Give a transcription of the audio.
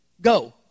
go